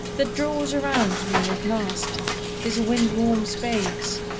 that draws around me at last this wind-warm space,